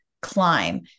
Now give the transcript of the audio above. climb